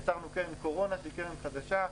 יצרנו קרן קורונה שהיא קרן חדשה.